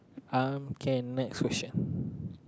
um can next question